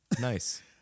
Nice